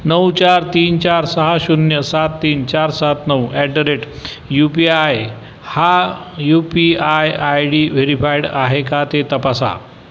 नऊ चार तीन चार सहा शून्य सात तीन चार सात नऊ at the rate U P I हा U P I I D verified आहे का ते तपासा